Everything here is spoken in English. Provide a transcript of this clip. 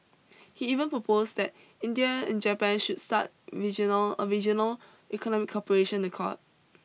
he even proposed that India and Japan should start regional a regional economic cooperation accord